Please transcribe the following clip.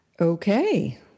Okay